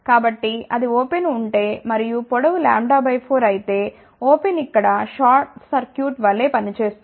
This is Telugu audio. కాబట్టి అది ఓపెన్ ఉంటే మరియు పొడవు λ 4 అయితే ఓపెన్ ఇక్కడ షార్ట్ సర్క్యూట్ వలె పని చేస్తుంది